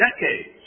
decades